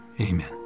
Amen